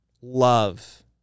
love